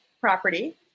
property